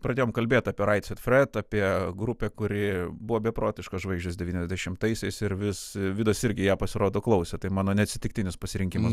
pradėjom kalbėt apie right said fred apie grupę kuri buvo beprotiškos žvaigždės devyniasdešimtaisiais ir vis vidas irgi ją pasirodo klausė tai mano neatsitiktinis pasirinkimas